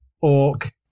orc